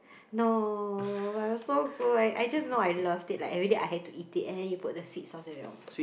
no but it was so good I I just know I loved it like everyday I had to eat it and then you put the sweet sauce then you'll be like